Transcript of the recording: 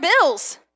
bills